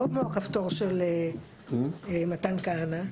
לא כמו הכפתור של מתן כהנא,